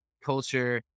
culture